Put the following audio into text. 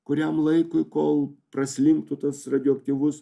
kuriam laikui kol praslinktų tas radioaktyvus